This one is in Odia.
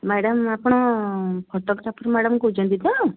ମ୍ୟାଡ଼ାମ ଆପଣ ଫୋଟୋଗ୍ରାଫର୍ ମ୍ୟାଡ଼ାମ କହୁଛନ୍ତି ତ